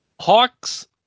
Hawks